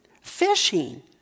fishing